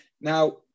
Now